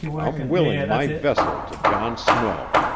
i'm willing my vessel to john snow.